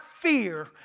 fear